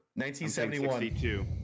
1971